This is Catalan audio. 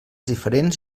diferents